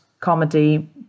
comedy